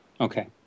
Okay